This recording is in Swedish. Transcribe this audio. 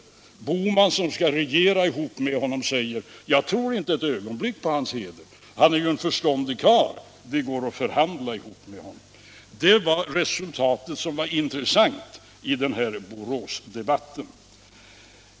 Onsdagen den Men herr Bohman, som skall regera ihop med honom, tror inte ett 9 mars 1977 ögonblick på hans heder utan säger att Fälldin är en förståndig karl, det går ju att förhandla med honom. Finansdebatt Det var det resultatet som var intressant i Boråsdebatten.